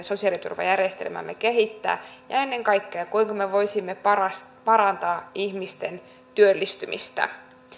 sosiaaliturvajärjestelmäämme kehittää ja ja ennen kaikkea kuinka me voisimme parantaa ihmisten työllistymistä